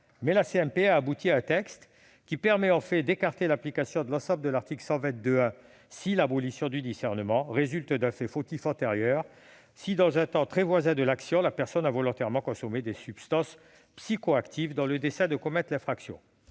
Mais la CMP a abouti à un texte qui permet en réalité d'écarter l'application de l'ensemble de l'article 122-1 du code pénal si l'abolition du discernement résulte d'un fait fautif antérieur, à savoir si, « dans un temps très voisin de l'action, la personne a volontairement consommé des substances psychoactives dans le dessein de commettre l'infraction